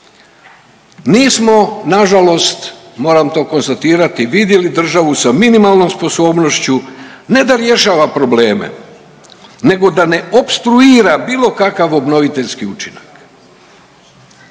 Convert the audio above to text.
Nismo na žalost moram to konstatirati vidjeli državu sa minimalnom sposobnošću ne da rješava probleme, nego da ne opstruira bilo kakav obnoviteljski učinak.